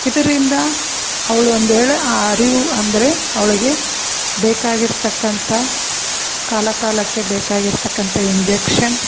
ಇದರಿಂದ ಅವ್ಳು ಒಂದು ವೇಳೆ ಆ ಅರಿವು ಅಂದರೆ ಅವ್ಳಿಗೆ ಬೇಕಾಗಿರತಕ್ಕಂಥ ಕಾಲ ಕಾಲಕ್ಕೆ ಬೇಕಾಗಿರತಕ್ಕಂಥ ಇಂಜೆಕ್ಷನ್